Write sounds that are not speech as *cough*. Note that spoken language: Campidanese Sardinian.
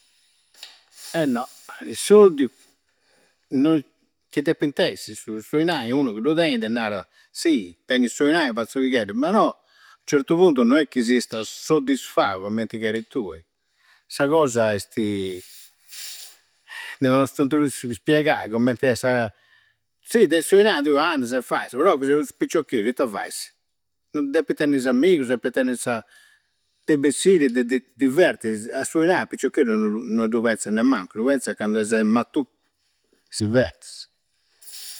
Eh no! I soldi. No. Chi deppint'essi. Su inai unu, chi du teidi, narada sì, tengiu su inari, facciu su chi cheridi. Ma no! U certu puntu, no è chi siasta soddisfau commenti cheri tui. Sa cosa esti *hesitation* non ti dus iscu ispegai commenti è sa. Sì, de su inari, tui andasa e faisi. Però chi seusu piccioccheddu, itta faisi? Deppi tenni is ammigusu, deppi tenni sa. E bessiri. De. De ti divverti. A su inari a piccioccheddu non dui penza nemmancu, dui penzu candu s'è mattuccu. Divversu.